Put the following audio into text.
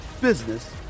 business